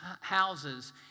houses